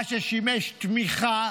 מה ששימש תמיכה